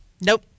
Nope